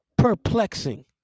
perplexing